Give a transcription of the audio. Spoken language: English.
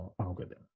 Algorithm